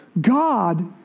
God